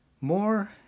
More